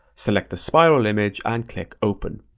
select the spiral image and click open.